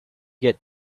get